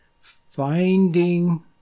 finding